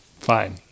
Fine